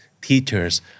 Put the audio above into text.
teachers